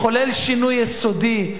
מחולל שינוי יסודי,